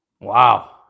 Wow